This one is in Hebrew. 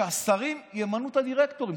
שהשרים ימנו את הדירקטורים,